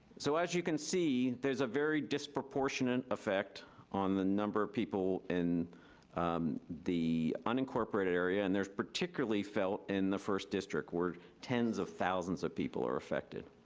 so as you can see, there is a very disproportionate effect on the number of people in the unincorporated area, and they're particularly felt in first district where tens of thousands of people are affected.